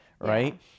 right